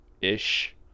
ish